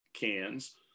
cans